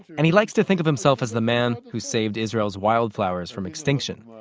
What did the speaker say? and he likes to think of himself as the man who saved israel's wildflowers from extinction.